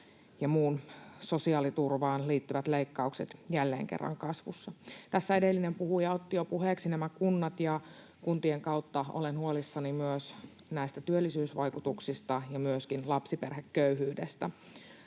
ja muuhun sosiaaliturvaan liittyvät leikkaukset jälleen kerran kasvussa. Tässä edellinen puhuja otti jo puheeksi nämä kunnat, ja kuntien kautta olen huolissani myös näistä työllisyysvaikutuksista ja myöskin lapsiperheköyhyydestä.